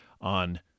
on